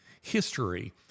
history